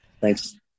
Thanks